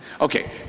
Okay